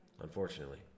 unfortunately